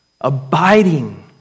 abiding